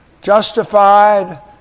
Justified